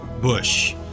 Bush